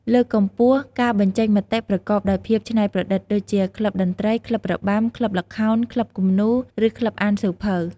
លើកកម្ពស់ការបញ្ចេញមតិប្រកបដោយភាពច្នៃប្រឌិត ដូចជា ក្លឹបតន្ត្រី ក្លឹបរបាំ ក្លឹបល្ខោន ក្លឹបគំនូរ ឬក្លឹបអានសៀវភៅ។